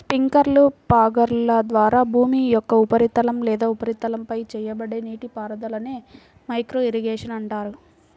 స్ప్రింక్లర్లు, ఫాగర్ల ద్వారా భూమి యొక్క ఉపరితలం లేదా ఉపరితలంపై చేయబడే నీటిపారుదలనే మైక్రో ఇరిగేషన్ అంటారు